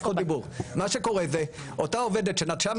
מה שקורה זה שאותה עובדת שנטשה מעסיק,